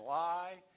lie